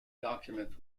document